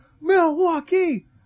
Milwaukee